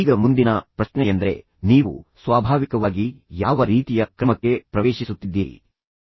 ಈಗ ಮುಂದಿನ ಪ್ರಶ್ನೆಯೆಂದರೆ ನೀವು ಸ್ವಾಭಾವಿಕವಾಗಿ ಯಾವ ರೀತಿಯ ಕ್ರಮಕ್ಕೆ ಪ್ರವೇಶಿಸುತ್ತಿದ್ದೀರಿ ನಿಮ್ಮ ಶೈಲಿಃ ಏನು